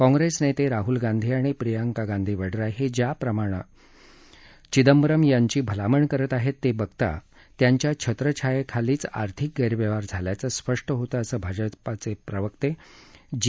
काँप्रेस नेते राहूल गांधी आणि प्रियंका गांधी वड्रा हे ज्याप्रकारे चिंदबरम यांची भलावण करत आहेत ते बघता त्यांच्या छत्रछायेखालीच आर्थिक गैरव्यवहार झाल्याचं स्पष्ट होतं असं भाजपा प्रवक्ते जी